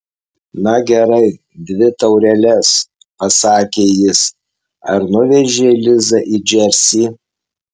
na gerai dvi taureles pasakė jis ar nuvežei lizą į džersį